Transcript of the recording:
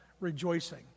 rejoicing